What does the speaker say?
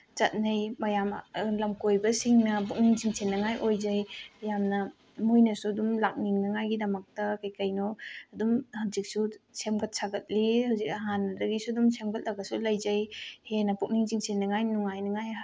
ꯆꯠꯅꯩ ꯃꯌꯥꯝ ꯂꯝꯀꯣꯏꯕꯁꯤꯡꯅ ꯄꯨꯛꯅꯤꯡ ꯆꯤꯡꯁꯟꯅꯤꯉꯥꯏ ꯑꯣꯏꯖꯩ ꯌꯥꯝꯅ ꯃꯣꯏꯅꯁꯨ ꯑꯗꯨꯝ ꯂꯥꯛꯅꯤꯡꯅꯉꯥꯏꯒꯤꯗꯃꯛꯇ ꯀꯩꯀꯩꯅꯣ ꯑꯗꯨꯝ ꯍꯧꯖꯤꯛꯁꯨ ꯁꯦꯝꯒꯠ ꯁꯥꯒꯠꯂꯤ ꯍꯧꯖꯤꯛ ꯍꯥꯟꯅꯗꯒꯤꯁꯨ ꯑꯗꯨꯝ ꯁꯦꯝꯒꯠꯂꯒꯁꯨ ꯂꯩꯖꯩ ꯍꯦꯟꯅ ꯄꯨꯛꯅꯤꯡ ꯆꯤꯡꯁꯤꯟꯅꯉꯥꯏ ꯅꯨꯡꯉꯥꯏꯅꯉꯥꯏ